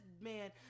man